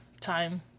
time